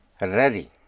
ready